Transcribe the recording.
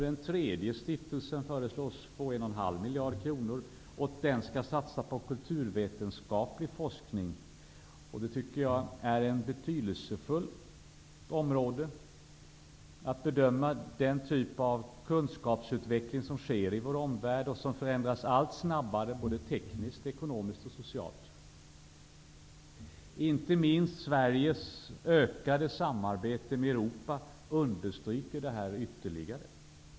Den tredje stiftelsen föreslås få 1,5 miljarder kronor, och den skall satsa på kulturvetenskaplig forskning. Det tycker jag är ett betydelsefullt område, att bedöma av den kunskapsutveckling som sker i vår omvärld som förändras allt snabbare både tekniskt, ekonomiskt och socialt. Inte minst Sveriges ökade samarbete med Europa understryker detta ytterligare.